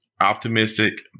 Optimistic